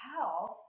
health